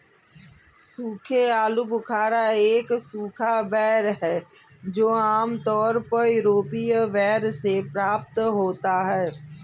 सूखे आलूबुखारा एक सूखा बेर है जो आमतौर पर यूरोपीय बेर से प्राप्त होता है